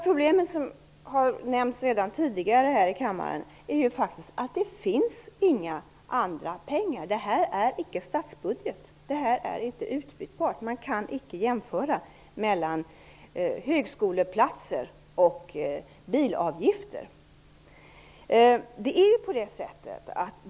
Problemet, som redan tidigare har nämnts här i kammaren, är ju att det inte finns några andra pengar. Det här är icke statsbudget. Det här är icke utbytbart. Man kan icke jämföra högskoleplatser med bilavgifter.